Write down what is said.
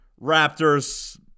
Raptors